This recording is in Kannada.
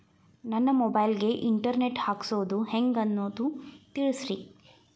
ನನ್ನ ಮೊಬೈಲ್ ಗೆ ಇಂಟರ್ ನೆಟ್ ಹಾಕ್ಸೋದು ಹೆಂಗ್ ಅನ್ನೋದು ತಿಳಸ್ರಿ